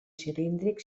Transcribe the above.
cilíndric